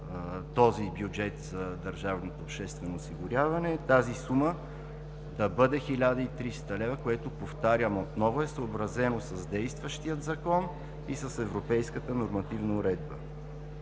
този бюджет за държавното обществено осигуряване е тази сума да бъде 1300 лв., което, повтарям отново, е съобразено с действащия Закон и с европейската нормативна уредба.